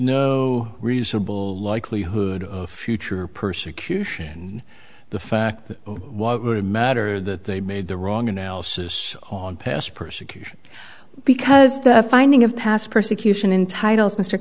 no reasonable likelihood of future persecution the fact was a matter that they made the wrong analysis on past persecution because the finding of past persecution in titles m